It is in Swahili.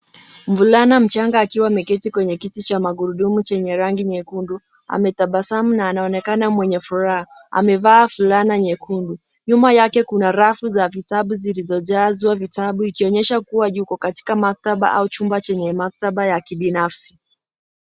Mvulana mchanga akiwa ameketi kwenye kiti cha magurudumu chenye rangi nyekundu, ametabasamu na anaonekena mwenye furaha. Amevaa fulana nyekundu. Nyuma yake kuna rafu za vitabu zilizojazwa vitabu ikionyesha kuwa yuko katika maktaba au chumba chenye maktaba ya kibinafsi.